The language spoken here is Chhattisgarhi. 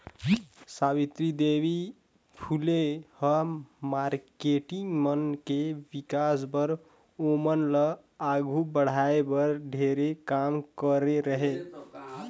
सावित्री देवी फूले ह मारकेटिंग मन के विकास बर, ओमन ल आघू बढ़ाये बर ढेरे काम करे हे